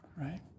right